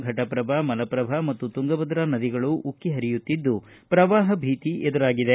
ಘಟಪ್ರಭಾ ಮಲಪ್ರಭಾ ಮತ್ತು ತುಂಗಭದ್ರಾ ನದಿಗಳು ಉಕ್ಕೆ ಪರಿಯುತ್ತಿದ್ದು ಪ್ರವಾಪ ಭೀತಿ ಎದುರಾಗಿದೆ